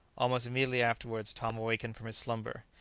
almost immediately afterwards, tom awakened from his slumber.